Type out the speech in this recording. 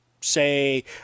say